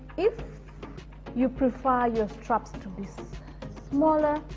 if you prefer your straps to this smaller,